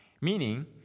Meaning